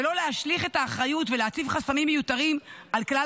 ולא להשליך את האחריות ולהציב חסמים מיותרים על כלל